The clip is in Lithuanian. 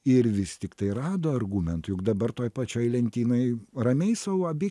ir vis tiktai rado argumentų juk dabar toj pačioj lentynoj ramiai sau abi